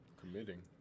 Committing